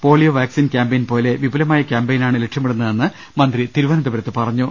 polio vaccine campaign പോലെ വിപുലമായ ക്യാമ്പയിനാണ് ലക്ഷ്യമിടുന്നതെന്ന് മന്ത്രി തിരുവനന്തപുരത്ത് പറഞ്ഞു